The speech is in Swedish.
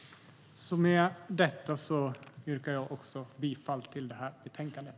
Med detta, herr talman, yrkar jag bifall till förslaget i betänkandet.